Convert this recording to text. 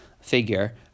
figure